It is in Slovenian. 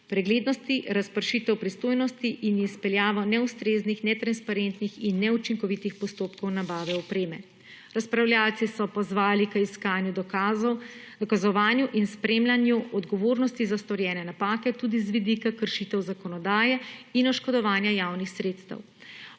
preglednosti, razpršitev pristojnosti in izpeljavo neustreznih, netransparentnih in neučinkovitih postopkov nabave opreme. Razpravljavci so pozvali k iskanju dokazov, dokazovanju in spremljanju odgovornosti za storjene napake tudi z vidika kršitev zakonodaje in oškodovanja javnih sredstev.